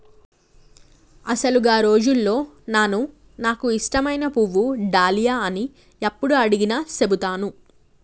అసలు గా రోజుల్లో నాను నాకు ఇష్టమైన పువ్వు డాలియా అని యప్పుడు అడిగినా సెబుతాను